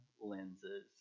lenses